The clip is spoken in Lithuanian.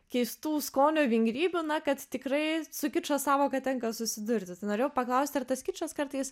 keistų skonio vingrybių na kad tikrai su kičo sąvoka tenka susidurti tai norėjau paklausti ar tas kičas kartais